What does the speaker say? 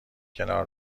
کنار